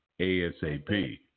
ASAP